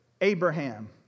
Abraham